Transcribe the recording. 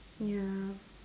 ya